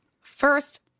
First